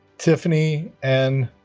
tiffany n.